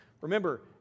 Remember